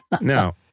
Now